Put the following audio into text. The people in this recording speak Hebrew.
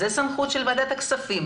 זו סמכות של ועדת הכספים,